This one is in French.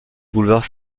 boulevard